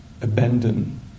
abandon